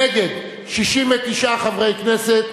נגד, 69 חברי כנסת.